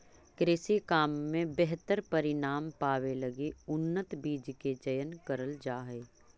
कृषि काम में बेहतर परिणाम पावे लगी उन्नत बीज के चयन करल जा हई